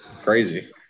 Crazy